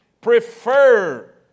Prefer